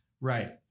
Right